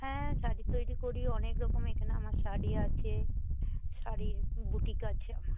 হ্যাঁ শাড়ি তৈরি করি অনেক রকমের এখানে আমার শাড়ি আছে শাড়ির বুটিক আছে আমার